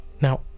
Now